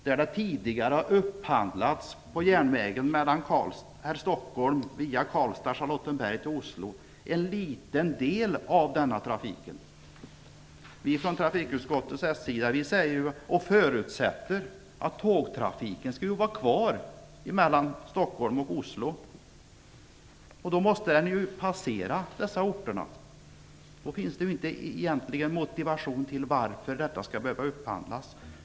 Det har tidigare upphandlats en liten del av trafiken mellan Stockholm via Karlstad och Charlottenberg till Oslo. Vi i trafikutskottet förutsätter att tågtrafiken skall vara kvar mellan Stockholm och Oslo, och då måste ju tågen passera dessa orter. Varför skall det egentligen behöva upphandlas?